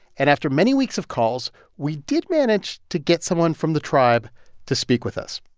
and after many weeks of calls, we did manage to get someone from the tribe to speak with us.